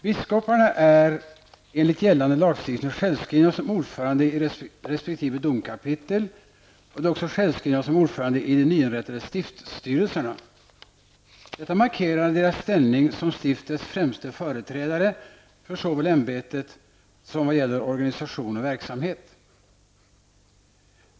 Biskoparna är enligt gällande lagstiftning sjäklvskrivna som ordförande i resp. domkapitel, och de är också självskrivna som ordförande i de nyinrättade stiftsstyrelserna. Detta markerar deras ställning som stiftets främste företrädare för såväl ämbetet som vad gäller organisation och verksamhet.